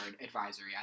advisory